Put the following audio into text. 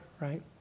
right